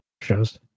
shows